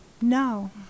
No